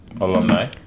Alumni